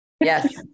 Yes